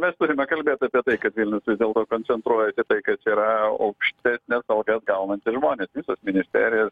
mes turime kalbėt apie tai kad vilnius vis dėlto koncentruojas į tai kas yra aukštesnes algas gaunantys žmonės visos ministerijos